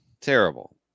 terrible